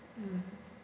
mm